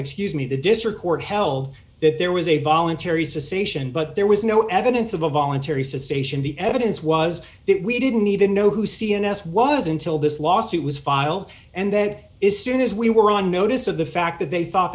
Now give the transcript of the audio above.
excuse me the district court held that there was a voluntary suspicion but there was no evidence of a voluntary says sation the evidence was that we didn't even know who cns was until this lawsuit was filed and then is soon as we were on notice of the fact that they thought